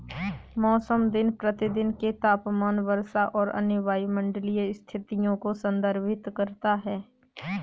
मौसम दिन प्रतिदिन के तापमान, वर्षा और अन्य वायुमंडलीय स्थितियों को संदर्भित करता है